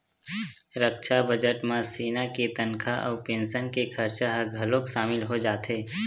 रक्छा बजट म सेना के तनखा अउ पेंसन के खरचा ह घलोक सामिल हो जाथे